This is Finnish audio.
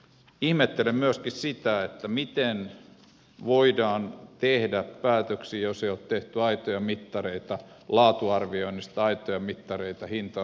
ihmettelen myöskin sitä miten voidaan tehdä päätöksiä jos ei ole tehty aitoja mittareita laatuarvioinnista aitoja mittareita hinta arvioinneista ja vastaavista